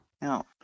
No